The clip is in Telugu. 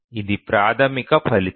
ఇది ప్రాథమిక ఫలితం